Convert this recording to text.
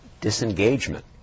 disengagement